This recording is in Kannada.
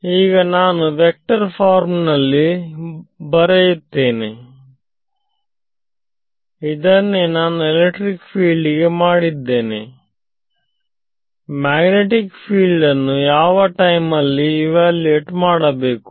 ಈಗ ನಾನು ವೆಕ್ಟರ್ ಫಾರ್ಮ್ನಲ್ಲಿ ಬರುತ್ತೇನೆಇದನ್ನೇ ನಾನು ಎಲೆಕ್ಟ್ರಿಕ್ ಫೀಲ್ಡಿಗೆ ಮಾಡಿದ್ದಾರೆ ಮ್ಯಾಗ್ನೆಟಿಕ್ ಫೀಲ್ಡ್ ಅನ್ನು ಯಾವ ಟೈಮ್ನಲ್ಲಿ ಇವ್ಯಾಲ್ಯೂಯೇಟ್ ಮಾಡಬೇಕು